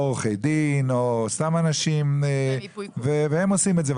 הם לוקחים או עורכי דין או אנשים אחרים והם עושים את זה עבורם.